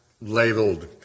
labeled